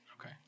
Okay